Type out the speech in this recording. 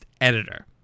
editor